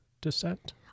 descent